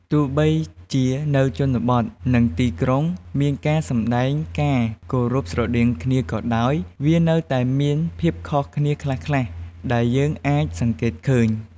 ទោះបីជានៅជនបទ និងទីក្រុងមានការសម្តែងការគោរពស្រដៀងគ្នាក៏ដោយ វានៅតែមានភាពខុសគ្នាខ្លះៗ ដែលយើងអាចសង្កេតឃើញ។